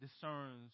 discerns